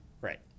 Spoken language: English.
Right